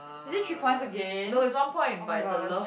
is it three points again oh-my-gosh